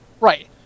Right